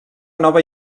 nova